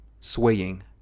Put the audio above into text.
swaying